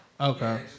Okay